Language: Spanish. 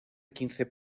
quince